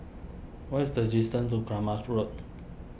what is the distance to Kramat Road